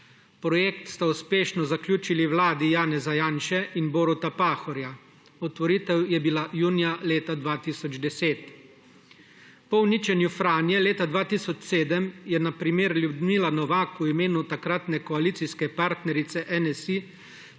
Projekt sta uspešno zaključili vladi Janeza Janše in Boruta Pahorja, otvoritev je bila junija leta 2010. Po uničenju Franje leta 2007 je na primer Ljudmila Novak v imenu takratne koalicijske partnerice NSi